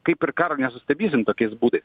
kaip ir karo nesustabdysim tokiais būdais